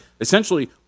essentially